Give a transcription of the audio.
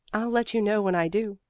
i'll let you know when i do,